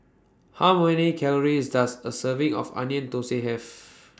How Many Calories Does A Serving of Onion Thosai Have